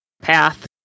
path